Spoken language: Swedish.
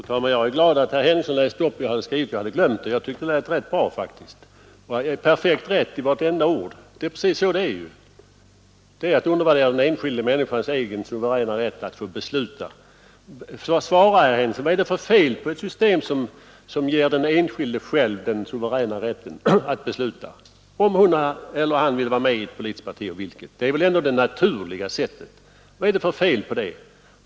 Fru talman! Jag är glad att herr Henningsson läste upp vad jag skrivit i motionen, för jag hade glömt det. Jag tycker faktiskt att det lät rätt bra, och att vartenda ord var perfekt rätt. Det är precis på det sättet som det förhåller sig! Att kollektivansluta en människa är att undervärdera den enskilda människans egen suveräna rätt att besluta. Svara på frågan, herr Henningsson: Vad är det för fel på ett system som ger den enskilde själv den suveräna rätten att besluta om hon eller han skall vara med i ett politiskt parti och vilket? Det är väl ändå det naturliga tillvägagångssättet! Vad är det för fel på det?